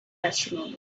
astronomy